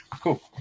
Cool